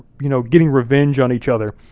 you know, getting revenge on each other,